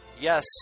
yes